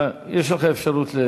יש לך אפשרות.